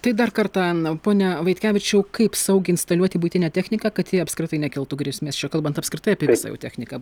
tai dar kartą pone vaitkevičiau kaip saugiai instaliuoti buitinę techniką kad ji apskritai nekeltų grėsmės čia kalbant apskritai apie visą jau techniką